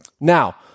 Now